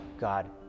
God